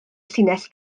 llinell